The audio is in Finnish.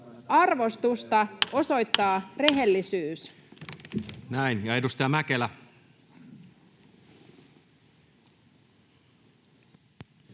arvostusta osoittaa rehellisyys. Näin. — Edustaja Mäkelä.